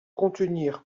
contenir